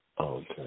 Okay